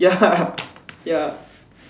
ya ya